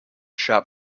shop